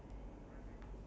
mmhmm